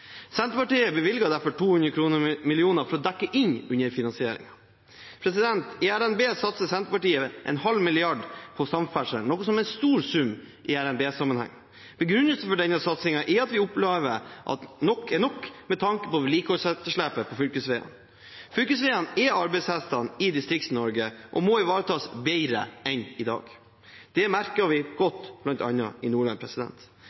Senterpartiet bevilger derfor 200 mill. kr for å dekke inn underfinansieringen. I revidert nasjonalbudsjett satser Senterpartiet 500 mill. kr på samferdsel, noe som er en stor sum i RNB-sammenheng. Begrunnelsen for denne satsingen er at vi opplever at nok er nok med tanke på vedlikeholdsetterslepet på fylkesveiene. Fylkesveiene er arbeidshestene i Distrikts-Norge og må ivaretas bedre enn i dag. Det merker vi godt, bl.a. i Nordland.